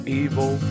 evil